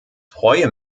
freue